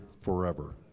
forever